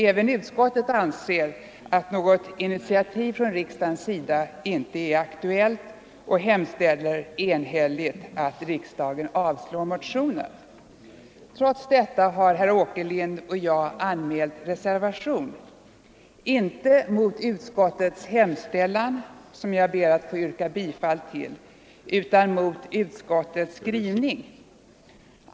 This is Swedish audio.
Även utskottet anser att något initiativ från riksdagen nu inte är aktuellt och hemställer enhälligt att riksdagen avslår motionen. Trots detta har herr Åkerlind och jag anmält reservation. Inte mot utskottets hemställan, som jag ber att få yrka bifall till, utan mot utskottets skrivning.